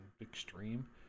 extreme